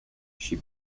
she